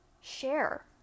share